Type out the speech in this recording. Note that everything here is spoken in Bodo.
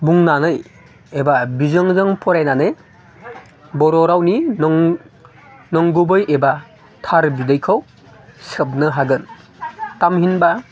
बुंनानै एबा बिजोंजों फरायनानै बर' रावनि नंगुबै एबा थार बिदैखौ सोबनो हागोन थामहिनबा